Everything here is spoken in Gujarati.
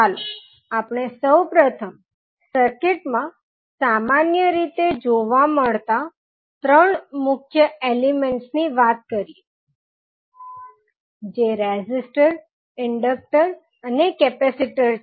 ચાલોઆપણે સૌપ્રથમ આપણે સર્કિટ માં સામાન્ય રીતે જોવા મળતાં ત્રણ મુખ્ય એલિમેન્ટસ ની વાત કરીએ જે રેઝીસ્ટર ઇન્ડક્ટર અને કેપેસિટર છે